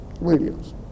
Williams